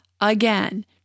again